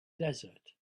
desert